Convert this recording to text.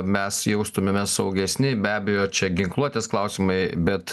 mes jaustumėmės saugesni be abejo čia ginkluotės klausimai bet